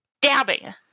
dabbing